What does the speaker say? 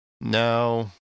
No